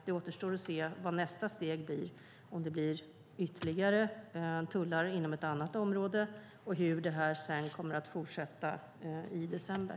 Det återstår att se vad nästa steg blir - om det blir ytterligare tullar inom ett annat område och hur detta sedan kommer att fortsätta i december.